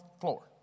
floor